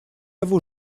его